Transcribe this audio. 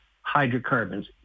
hydrocarbons